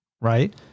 right